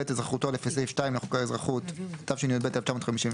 את אזרחותו לפי סעיף 2 לחוק האזרחות התשי"ב- 1952,